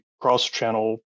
cross-channel